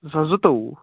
زٕ ساس زٕتووُہ